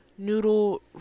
Noodle